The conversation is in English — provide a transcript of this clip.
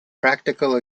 practical